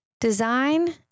design